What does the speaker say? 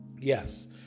Yes